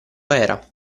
era